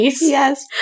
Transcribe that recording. Yes